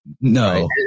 No